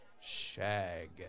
shag